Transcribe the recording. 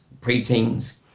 pre-teens